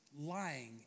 lying